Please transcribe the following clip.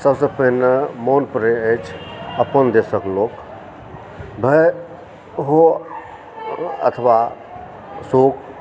सबसँ पहिने मोन पड़ै अछि अपन देशके लोक भय हो अथवा शोक